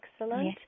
excellent